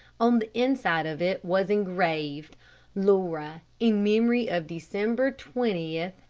on the inside of it was engraved laura, in memory of december twentieth,